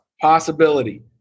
Possibility